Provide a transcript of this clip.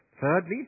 Thirdly